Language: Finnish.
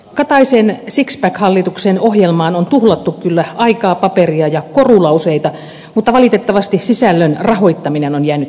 kataisen sixpack hallituksen ohjelmaan on tuhlattu kyllä aikaa paperia ja korulauseita mutta valitettavasti sisällön rahoittaminen on jäänyt tekemättä